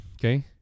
Okay